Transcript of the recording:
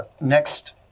next